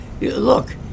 Look